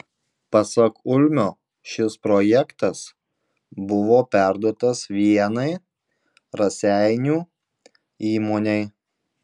pasak ulmio šis projektas buvo perduotas vienai raseinių įmonei